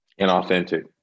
Inauthentic